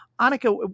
Annika